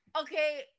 Okay